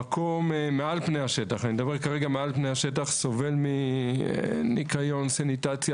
המקום מעל פני השטח, סובל מניקיון, סניטציה